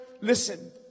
Listen